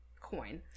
coin